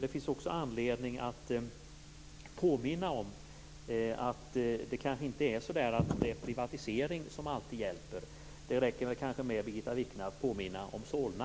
Det finns också anledning att påminna om att det inte alltid är privatisering som hjälper. Det räcker väl kanske, Birgitta Wichne, att påminna om Solna.